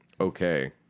Okay